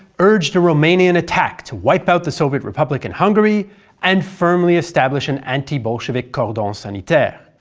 urged a romanian attack to wipe out the soviet republic in hungary and firmly establish an anti-bolshevik cordon sanitaire.